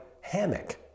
hammock